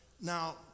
Now